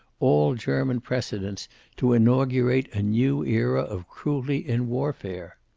all german precedents, to inaugurate a new era of cruelty in warfare.